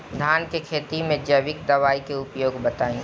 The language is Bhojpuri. धान के खेती में जैविक दवाई के उपयोग बताइए?